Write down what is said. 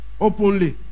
openly